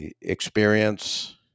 experience